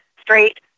straight